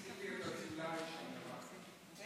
חוק לתיקון ולהארכת תוקפן של תקנות שעת חירום (נגיף